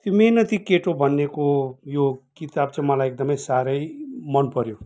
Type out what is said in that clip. त्यो मिहिनेती केटो भनेको यो किताब चाहिँ मलाई एकदमै साह्रै मनपऱ्यो